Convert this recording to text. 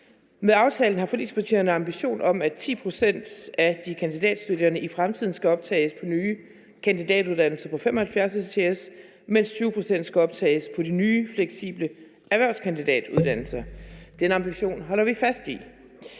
Med aftalen har forligspartierne en ambition om, at 10 pct. af de kandidatstuderende i fremtiden skal optages på nye kandidatuddannelser på 75 ECTS, mens 20 pct. skal optages på de nye fleksible erhvervskandidatuddannelser. Den ambition holder vi fast i.